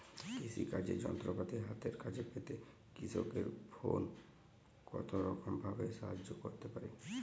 কৃষিকাজের যন্ত্রপাতি হাতের কাছে পেতে কৃষকের ফোন কত রকম ভাবে সাহায্য করতে পারে?